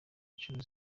inshuro